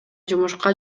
жумушка